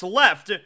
left